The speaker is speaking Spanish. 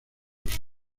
rusia